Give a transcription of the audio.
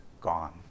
gone